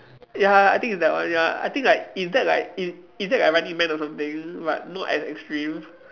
ya I think it's that one ya I think like is that like is is that like running man or something but not as extreme